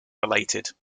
related